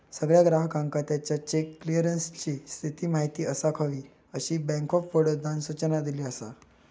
सगळ्या ग्राहकांका त्याच्या चेक क्लीअरन्सची स्थिती माहिती असाक हवी, अशी बँक ऑफ बडोदानं सूचना दिली असा